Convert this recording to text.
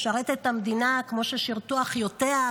משרתת את המדינה כמו ששירתו אחיותיה,